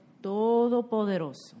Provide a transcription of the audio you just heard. Todopoderoso